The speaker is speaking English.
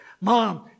Mom